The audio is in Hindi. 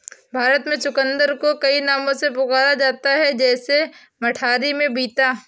भारत में चुकंदर को कई नामों से पुकारा जाता है जैसे मराठी में बीता